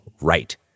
right